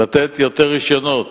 לתת יותר רשיונות